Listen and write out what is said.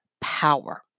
power